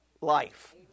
life